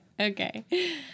Okay